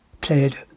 played